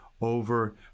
over